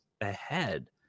ahead